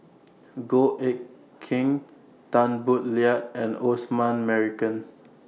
Goh Eck Kheng Tan Boo Liat and Osman Merican